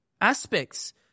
aspects